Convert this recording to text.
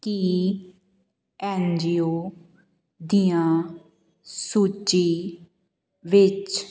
ਕੀ N G O ਦੀਆਂ ਸੂਚੀ ਵਿੱਚ